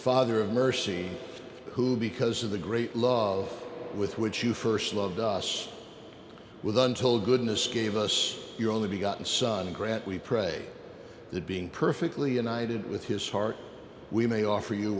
father of mercy who because of the great love with which you st loved us with untold goodness gave us your only be gotten son grant we pray the being perfectly united with his heart we may offer you